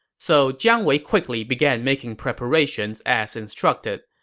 so jiang wei quickly began making preparations as instructed.